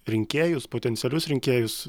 rinkėjus potencialius rinkėjus